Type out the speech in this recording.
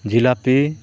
ᱡᱷᱤᱞᱟᱯᱤ